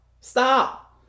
Stop